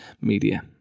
media